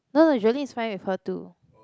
no no Jolene is fine with her too